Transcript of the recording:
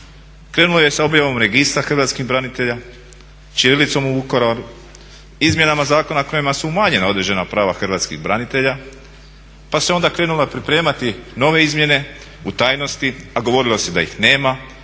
Krenulo je sa objavom Registra hrvatskih branitelja, ćirilicom u Vukovaru, izmjenama zakona kojima su umanjena određena prava hrvatskih branitelja pa se onda krenulo pripremati nove izmjene u tajnosti, a govorilo se da ih nema